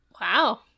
Wow